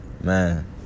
man